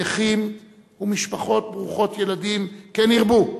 נכים ומשפחות ברוכות ילדים, כן ירבו,